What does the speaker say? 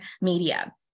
media